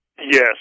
Yes